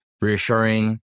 reassuring